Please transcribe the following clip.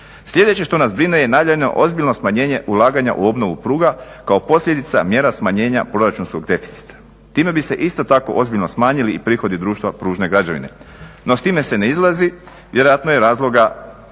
Sljedeće što na brine je najavljeno ozbiljno smanjenje u obnovu pruga kao posljedica mjera smanjenja proračunskog deficita. Time bi se isto tako ozbiljno smanjili i prihodi društva pružne građevine. No s time se ne izlazi vjerojatno iz razloga